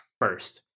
first